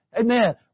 Amen